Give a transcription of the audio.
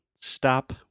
stop